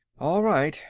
all right,